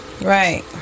Right